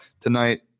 tonight